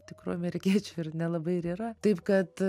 tikrų amerikiečių ir nelabai ir yra taip kad